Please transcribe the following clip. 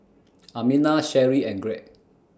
Amina Sherri and Greg